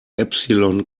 epsilon